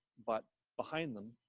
but behind them,